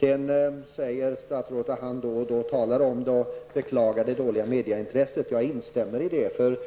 Sedan sade statsrådet att han då och då talar om de här frågorna och beklagade det dåliga mediaintresset. Jag instämmer i det.